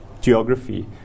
geography